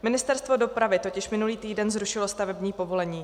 Ministerstvo dopravy totiž minulý týden zrušilo stavební povolení.